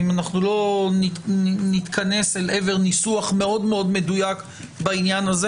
אם אנחנו לא נתכנס לעבר ניסוח מאוד מאוד מדויק בעניין הזה,